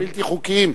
הבלתי-חוקיים.